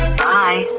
bye